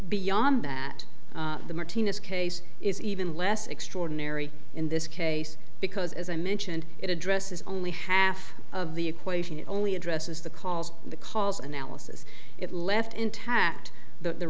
beyond that the martinez case is even less extraordinary in this case because as i mentioned it addresses only half of the equation it only addresses the calls the calls analysis it left intact the